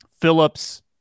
Phillips